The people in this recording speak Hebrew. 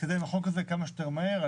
ולהתקדם עם החוק הזה כמה שיותר מהר.